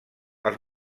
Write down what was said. els